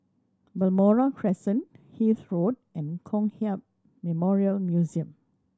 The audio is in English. Balmoral Crescent Hythe Road and Kong Hiap Memorial Museum